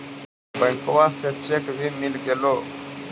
बैंकवा से चेक भी मिलगेलो?